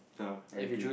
the I agree